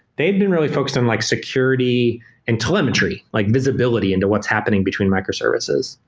they had been really focused on like security and telemetry, like visibility into what's happening between microservices.